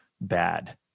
bad